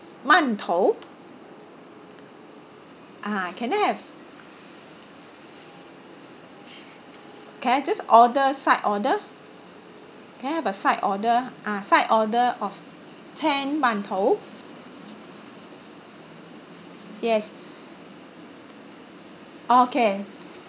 馒头 uh can I have can I just order side order can I have a side order ah side order of ten 馒头 yes oh okay